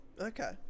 okay